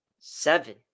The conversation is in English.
Seven